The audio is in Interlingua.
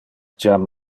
jam